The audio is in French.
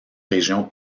région